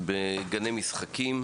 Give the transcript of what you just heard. וגני משחקים.